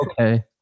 okay